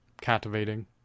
captivating